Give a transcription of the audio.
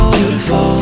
beautiful